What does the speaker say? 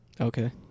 Okay